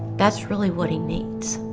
that's really what he needs.